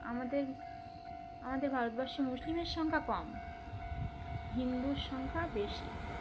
আমাদের আমাদের ভারতবর্ষে মুসলিমের সংখ্যা কম হিন্দুর সংখ্যা বেশি